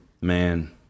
man